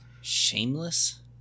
Shameless